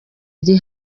iri